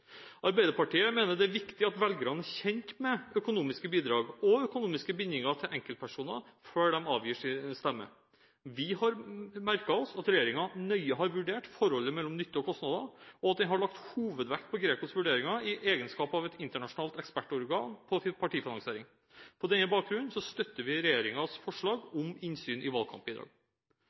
Arbeiderpartiet mener det er viktig at velgerne er kjent med økonomiske bidrag og økonomiske bindinger til enkeltpersoner før de avgir sin stemme. Vi har merket oss at regjeringen nøye har vurdert forholdet mellom nytte og kostnader, og at den har lagt hovedvekt på GRECOs vurderinger i egenskap av et internasjonalt ekspertorgan på partifinansiering. På denne bakgrunnen støtter vi regjeringens forslag om innsyn i valgkampbidrag.